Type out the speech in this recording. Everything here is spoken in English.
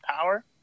power